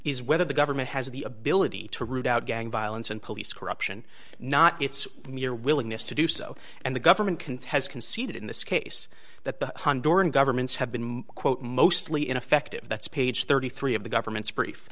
is whether the government has the ability to root out gang violence and police corruption not its mere willingness to do so and the government contests conceded in this case that the governments have been quote mostly ineffective that's page thirty three dollars of the government's brief